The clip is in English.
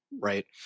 right